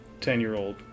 ten-year-old